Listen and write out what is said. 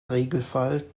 regelfall